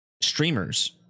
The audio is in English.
streamers